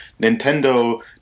Nintendo